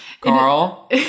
Carl